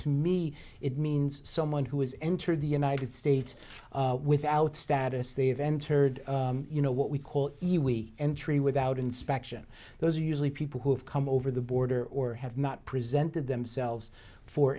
to me it means someone who has entered the united states without status they have entered you know what we call you we entry without inspection those are usually people who have come over the border or have not presented